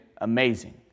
amazing